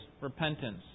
repentance